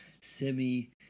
semi